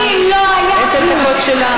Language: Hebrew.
עשר דקות שלה.